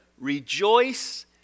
Rejoice